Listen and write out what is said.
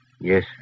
Yes